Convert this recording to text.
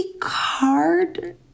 card